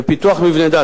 בפיתוח מבני דת,